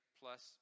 plus